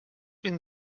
ben